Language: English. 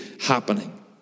happening